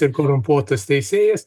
ir korumpuotas teisėjas